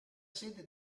sede